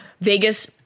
Vegas